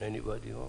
אין אף אחד.